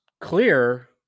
clear